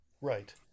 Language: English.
right